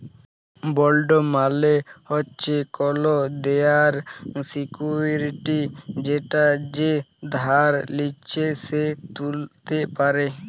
bond মালে হচ্যে কল দেলার সিকুইরিটি যেটা যে ধার লিচ্ছে সে ত্যুলতে পারে